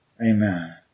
Amen